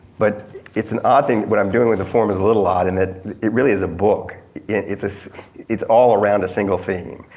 but it's an odd thing, what i'm doing with the form is a little odd in that it really is a book and it's it's all around a single theme.